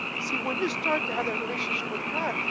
see, when you start to have that relationship with god,